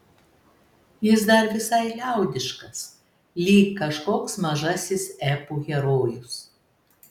jis dar visai liaudiškas lyg kažkoks mažasis epų herojus